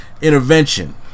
intervention